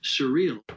surreal